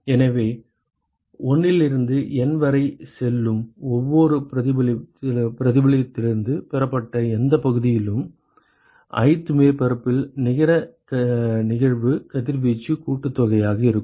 எனவே 1 இலிருந்து N வரை செல்லும் ஒவ்வொரு பரப்பிலிருந்தும் பெறப்பட்ட எந்தப் பகுதியிலும் ith மேற்பரப்பில் நிகர நிகழ்வு கதிர்வீச்சு கூட்டுத்தொகையாக இருக்கும்